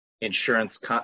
insurance